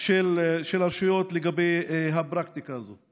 של הרשויות לגבי הפרקטיקה הזאת?